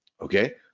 Okay